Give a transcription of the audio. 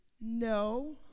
No